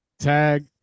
tag